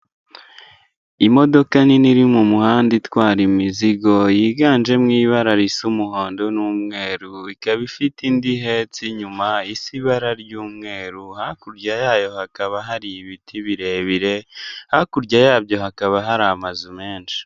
Imodoka nini iri mumuhanda itwara imizigo, yiganjemo ibara risa umuhondo n'umweru, ikaba ifite indi ihetse inyuma isa ibara ry'umweru, hakurya yayo hakaba hari ibiti birebire, hakurya yabyo hakaba hari amazu menshi.